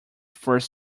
first